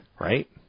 right